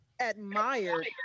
admired